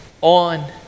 on